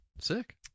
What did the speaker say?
sick